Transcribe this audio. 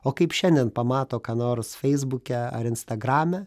o kaip šiandien pamato ką nors feisbuke ar instagrame